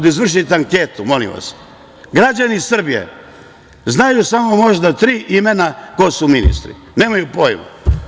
Da izvršite anketu, molim vas, građani Srbije znaju samo, možda, tri imena ko su ministri, nemaju pojma.